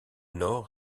nord